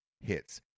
hits